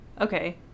Okay